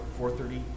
4.30